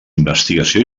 investigació